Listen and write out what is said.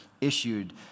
issued